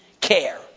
care